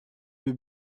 deux